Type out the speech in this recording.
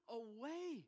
away